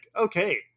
okay